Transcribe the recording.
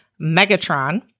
Megatron